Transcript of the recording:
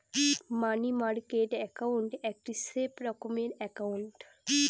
মানি market account একটি safe রকমের account